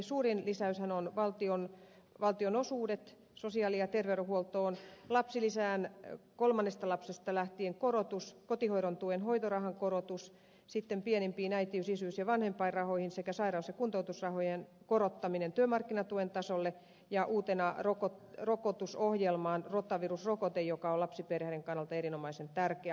suurin lisäyshän ovat valtionosuudet sosiaali ja terveydenhuoltoon korotus lapsilisään kolmannesta lapsesta lähtien kotihoidon tuen hoitorahan korotus sitten pienimpien äitiys isyys ja vanhempainrahojen sekä sairaus ja kuntoutusrahojen korottaminen työmarkkinatuen tasolle ja uutena rokotusohjelmaan rotavirusrokote joka on lapsiperheiden kannalta erinomaisen tärkeä